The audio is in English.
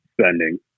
spending